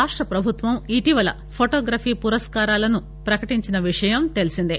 రాష్ట ప్రభువం ఇటీవల ఫొటోగ్రఫీ పురస్కారాలను పకటించిన విషయం తెల్సిందే